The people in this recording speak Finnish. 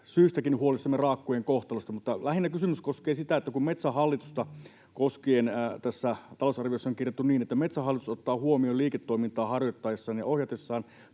syystäkin huolissamme raakkujen kohtalosta. Mutta lähinnä kysymys koskee sitä, kun Metsähallitusta koskien tässä talousarviossa on kirjattu niin, että ”Metsähallitus ottaa huomioon liiketoimintaa harjoittaessaan ja ohjatessaan